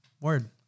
Word